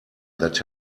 that